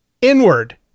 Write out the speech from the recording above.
inward